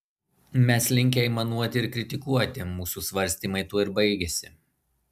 mes linkę aimanuoti ir kritikuoti mūsų svarstymai tuo ir baigiasi